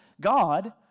God